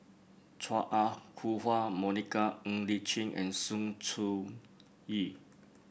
Chua Ah Huwa Monica Ng Li Chin and Sng Choon Yee